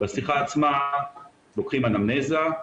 בשיחה העצמה לוקחים אנמנזה,